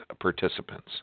participants